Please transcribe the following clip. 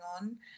on